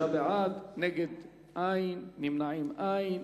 25 בעד, נגד, אין, נמנעים, אין.